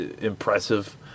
impressive